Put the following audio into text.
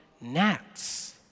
gnats